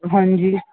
ਹਾਂਜੀ